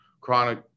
chronic